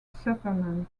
superman